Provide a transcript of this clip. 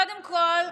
קודם כול,